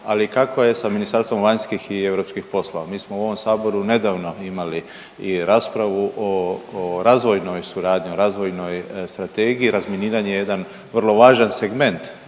Ali kako je sa Ministarstvom vanjskih i europskih poslova? Mi smo u ovom Saboru nedavno imali i raspravu o razvojnoj suradnji, razvojnoj strategiji. Razminiranje je jedan vrlo važan segment